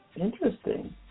Interesting